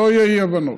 שלא יהיו אי-הבנות.